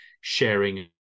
sharing